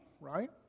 right